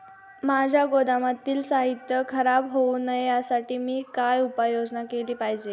माझ्या गोदामातील साहित्य खराब होऊ नये यासाठी मी काय उपाय योजना केली पाहिजे?